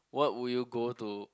what would you go to